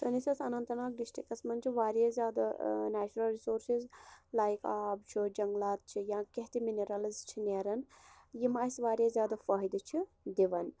سٲنِس یتھ ڈِسٹرک اننت ناگس مَنٛز چھِ واریاہ زیادٕ نیچرَل رِسورسز لایک آب چھُ جَنٛگلات چھِ یا کینٛہہ تہِ مِنِرَلز چھِ نیران یم اسہ واریاہ زیادٕ فٲہدٕ چھِ دِوان